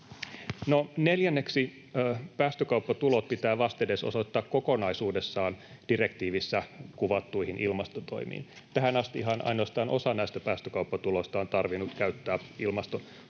Neljänneksi päästökauppatulot pitää vastedes osoittaa kokonaisuudessaan direktiivissä kuvattuihin ilmastotoimiin. Tähän astihan ainoastaan osa näistä päästökauppatuloista on tarvinnut käyttää ilmaston